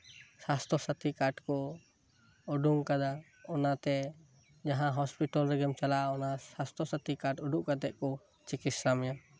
ᱥᱟᱥᱛᱚ ᱥᱟᱛᱷᱤ ᱠᱟᱨᱰ ᱠᱚ ᱩᱰᱩᱝ ᱟᱠᱟᱫᱟ ᱚᱱᱟᱛᱮ ᱡᱟᱦᱟᱸ ᱦᱚᱥᱯᱤᱴᱟᱞ ᱨᱮᱜᱮᱢ ᱪᱟᱞᱟᱜ ᱚᱱᱟ ᱥᱟᱥᱛᱚ ᱥᱟᱛᱷᱤ ᱠᱟᱨᱰ ᱩᱫᱩᱜ ᱠᱟᱛᱮᱫ ᱠᱚ ᱪᱤᱠᱤᱷᱟᱟ ᱢᱮᱭᱟ